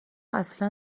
اصلا